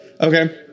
Okay